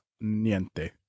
niente